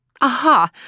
Aha